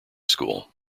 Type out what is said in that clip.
school